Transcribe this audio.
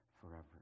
forever